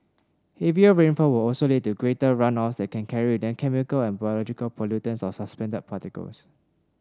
heavier rainfall will also lead to greater runoffs that can carry them chemical and biological pollutants or suspended particles